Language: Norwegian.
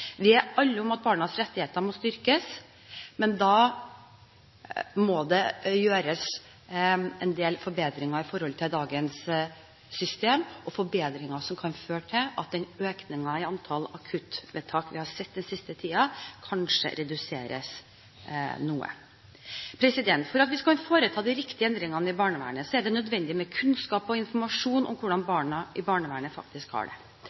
Vi er alle enige om at barnas rettigheter må styrkes, men da må det gjøres en del forbedringer i forhold til dagens system, forbedringer som kan føre til at økningen i antall akuttvedtak vi har sett den siste tiden, kanskje reduseres noe. For at vi skal foreta de riktige endringene i barnvernet, er det nødvendig med kunnskap og informasjon om hvordan barna i barnevernet faktisk har det.